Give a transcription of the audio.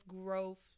growth